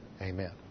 Amen